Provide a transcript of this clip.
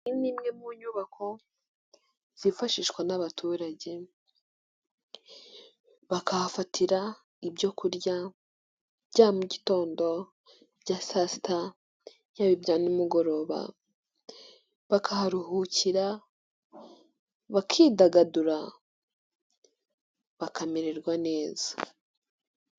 Ni imwe mu nyubako zifashishwa n'abaturage, bakahafatira ibyo kurya bya mu gitondo ibya saa sita, yaba ibya nimugoroba, bakaharuhukira, bakidagadura, bakamererwa neza.